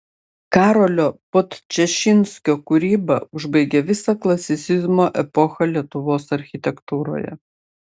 karolio podčašinskio kūryba užbaigė visą klasicizmo epochą lietuvos architektūroje